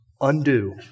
undo